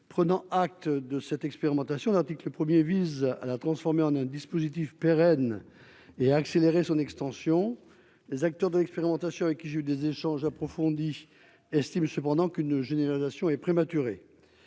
prenant acte de cette expérimentation, l'article 1er vise à la transformer en un dispositif pérenne et accélérer son extension, les acteurs de l'expérimentation avec qui j'ai eu des échanges approfondis estime cependant qu'une généralisation est prématuré